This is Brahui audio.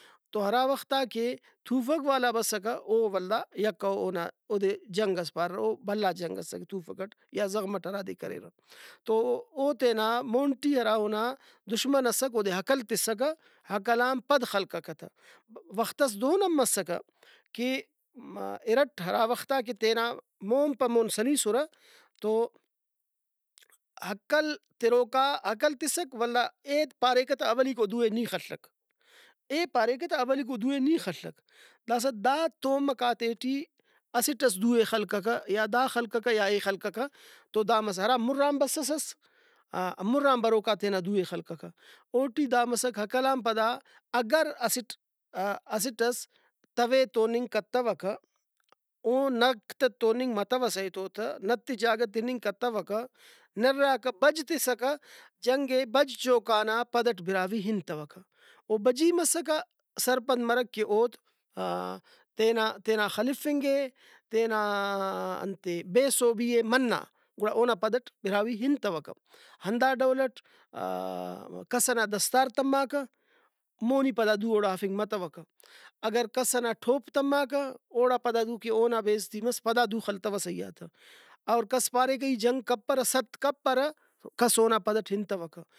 تو ہرا وختا کہ تُوفک والا بسکہ او ولدا یکہ او اونا اودے جنگس پاریرہ او بھلا جنگ اسکہ تُوفک اٹ یا زغم اٹ ہرادے کریرہ۔ تو او تینا مون ٹی ہرا اونا دشمن اسک اودے ہکل تسکہ ہکل آن پد خلککہ تہ وختس دہن ہم مسکہ کہ اِرٹ ہرا وختا کہ تینا مون پہ مون سلیسرہ تو ہکل تروکا ہکل تسکہ ولدا اید پاریکہ تہ اولیکو دُو ئے نی خلک اے پاریکہ تہ اولیکو دوئے نی خلک داسہ دا تومکاتے ٹی اسٹ ئس دُوئے خلککہ یا دا خلککہ یا اے خلککہ تو دا مس ہرا مُرآن بسس مُر آن بروکا تینا دُوئے خلککہ او ٹی دا مسک ہکل آن پدا اگر اسٹ اسٹ ئس توے توننگ کتوکہ او نک تہ توننگ متوسہ ایتو تہ نتے جاگہ تننگ کتوکہ نراکہ بج تسکہ جنگے بج چوکا نا پد اٹ براہوئی ہنتوکہ او بجی مسکہ سرپند مرک کہ اود تینا تینا خلفنگے تینا انتے بے سوبی ئے منا گڑا اونا پدٹ براہوئی ہنتوکہ ہندا ڈولٹ کس ئنا دستار تماکہ مونی پدا دُو اوڑا ہرفنگ متوکہ اگر کس ئنا ٹوپ تماکہ اوڑا پدا دو کہ اونا بے عزتی مس پدا دُو خلتوسہ ایہا تہ اور کس پاریکہ ای جنگ کپرہ ست کپرہ تو کس اونا پدٹ ہنتوکہ